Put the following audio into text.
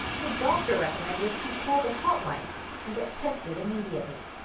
his doctor recommended he call the hot line and get tested immediately.